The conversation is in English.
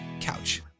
Couch